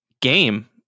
game